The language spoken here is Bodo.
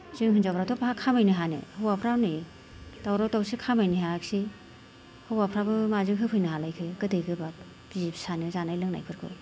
जों हिनजावफ्राथ' बहा खामायनो हानो हौवाफ्रा हनै दावराव दावसि खामायनो हायाखिसै हौवाफ्राबो माजों होफैनो हालायखो गोदै गोबाब बिसि फिसानो जानाय लोंनायफोरखौ